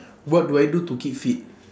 what do I do to keep fit